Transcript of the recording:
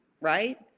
right